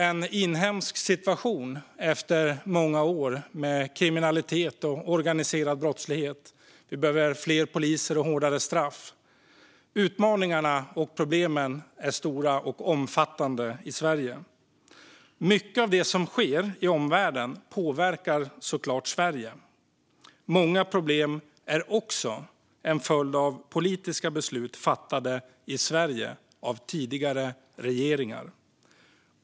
Efter många år med kriminalitet och organiserad brottslighet har vi en inhemsk situation där vi behöver fler poliser och hårdare straff. Utmaningarna och problemen är stora och omfattande i Sverige. Mycket av det som sker i omvärlden påverkar såklart Sverige. Många problem är också en följd av politiska beslut fattade i Sverige av tidigare regeringar.